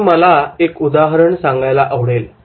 इथे मला एक उदाहरण सांगायला आवडेल